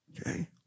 okay